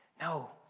No